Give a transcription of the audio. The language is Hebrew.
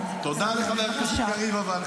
תודה לחבר הכנסת קריב, אבל.